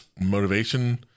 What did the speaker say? Motivation